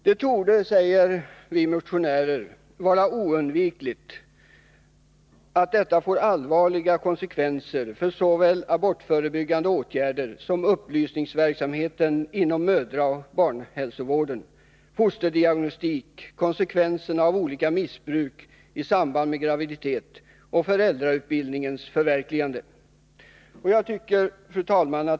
Det torde, säger vi motionärer, vara oundvikligt att en nedskärning får allvarliga konsekvenser för såväl abortförebyggande åtgärder som upplysningsverksamheten inom mödraoch barnhälsovården, fosterdiagnostik, konsekvenserna av olika missbruk i samband med graviditet och föräldrautbildningens förverkligande. Fru talman!